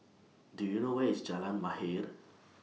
Do YOU know Where IS Jalan Mahir